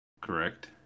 correct